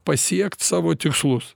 pasiekt savo tikslus